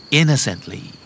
innocently